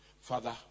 Father